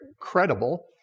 credible